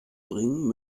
bringen